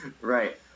Right